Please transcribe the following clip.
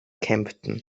kempten